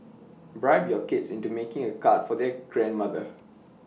bribe your kids into making A card for their grandmother